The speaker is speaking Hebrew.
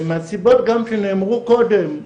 מהסיבות גם שנאמרו קודם,